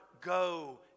Go